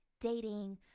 dating